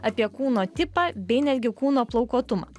apie kūno tipą bei netgi kūno plaukuotumą